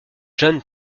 john